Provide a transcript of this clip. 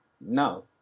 No